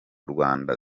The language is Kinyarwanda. rwanda